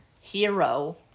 Hero